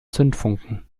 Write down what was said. zündfunken